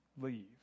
leave